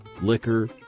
liquor